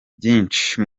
byinshi